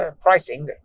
pricing